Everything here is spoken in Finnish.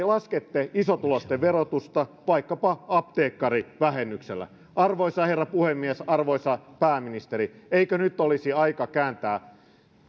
laskette isotuloisten verotusta vaikkapa apteekkarivähennyksellä arvoisa herra puhemies arvoisa pääministeri eikö nyt olisi aika kääntää